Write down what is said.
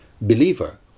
believer